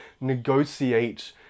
negotiate